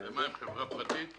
זו חברה פרטית.